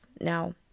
Now